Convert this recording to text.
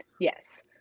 yes